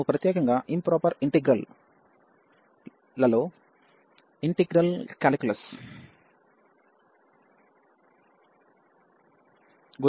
మేము ప్రత్యేకంగా improper integral లలో ఇంటిగ్రల్ కాలిక్యులస్ గురించి మాట్లాడుతున్నాము